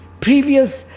previous